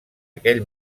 aquell